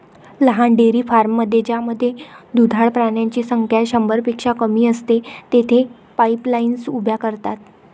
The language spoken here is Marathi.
लहान डेअरी फार्ममध्ये ज्यामध्ये दुधाळ प्राण्यांची संख्या शंभरपेक्षा कमी असते, तेथे पाईपलाईन्स उभ्या करतात